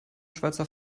schweizer